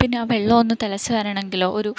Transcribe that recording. പിന്നെ ആ വെള്ളമൊന്ന് തിളച്ചു വരണെങ്കിലോ ഒരു